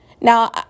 Now